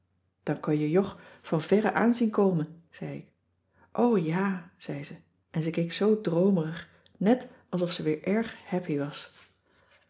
dan kun je jog van verre aan zien komen zei ik o ja zei ze en ze keek zoo droomerig net alsof ze weer erg happy was